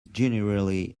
generally